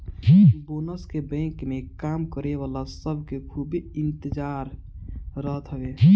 bonus के bank में काम करे वाला सब के खूबे इंतजार रहत हवे